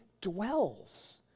dwells